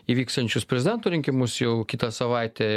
įvyksiančius prezidento rinkimus jau kitą savaitę